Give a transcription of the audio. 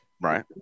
right